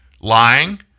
lying